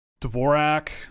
Dvorak